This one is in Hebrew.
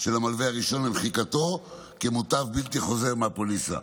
של המלווה הראשון למחיקתו כמוטב בלתי חוזר מהפוליסה.